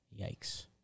Yikes